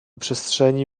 przestrzeni